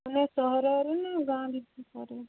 ମାନେ ସହରରୁ ନା ଗାଁ ଭିତ ବାହାରେ